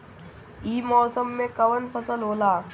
ई मौसम में कवन फसल होला?